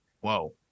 Whoa